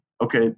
Okay